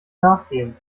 nachgehen